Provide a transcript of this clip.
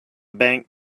bank